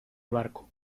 barco